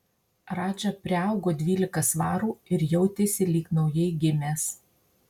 radža priaugo dvylika svarų ir jautėsi lyg naujai gimęs